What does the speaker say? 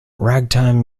ragtime